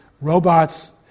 robots